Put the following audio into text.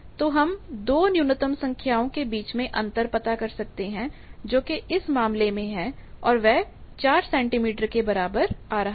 तो हम दो न्यूनतम संख्याओं के बीच में अंतर पता कर सकते हैं जो कि इस मामले में है और वह 4 सेंटीमीटर के बराबर आ रहा है